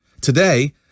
Today